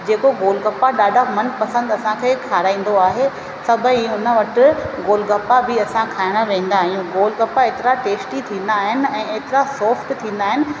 जेको गोलगप्पा ॾाढा मन पसंदि असांखे खाराईंंदो आहे सभई उन वटि गोल गप्पा बि असां खाइणु वेंदा आहियूं गोलगप्पा एतिरा टेस्टी थींदा आहिनि ऐं एतिरा सॉफ्ट थींदा आहिनि